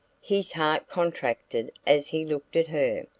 his heart contracted as he looked at her.